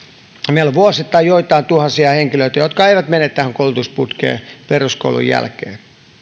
meillä on vuosittain joitain tuhansia henkilöitä jotka eivät mene tähän koulutusputkeen peruskoulun jälkeen